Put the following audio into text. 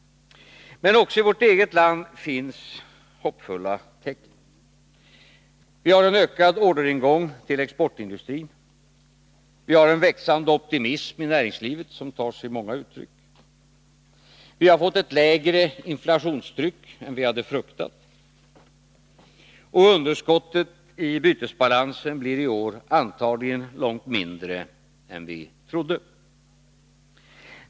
Men också i vårt eget land finns hoppfulla tecken. Vi har en ökad orderingång till exportindustrin. Vi har en växande optimism i näringslivet som tar sig många uttryck. Vi har fått ett lägre inflationstryck än vi hade fruktat, och underskottet i bytesbalansen blir i år antagligen långt mindre än vi trodde.